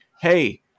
hey